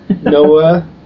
Noah